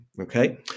okay